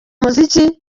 muziki